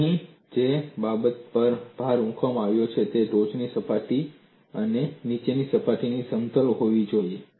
તેથી અહીં જે બાબત પર ભાર મૂકવામાં આવ્યો છે તે છે ટોચની સપાટી અને નીચેની સપાટી સમતલ હોવી જોઈએ